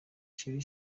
cher